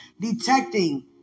detecting